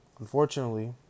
Unfortunately